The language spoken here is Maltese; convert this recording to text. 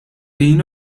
din